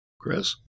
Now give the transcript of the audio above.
Chris